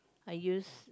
I use